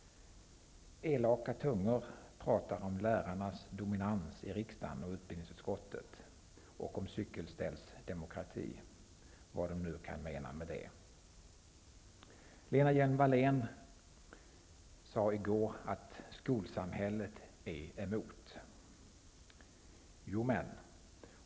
Elaka tungor talar om lärarnas dominans i riksdagen och i utbildningsutskottet och om cykelställsdemokrati -- vad de nu kan mena med det. Lena Hjelm-Wallén sade i går att skolsamhället är emot.